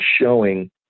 showing